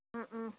ꯑꯥ ꯑꯥ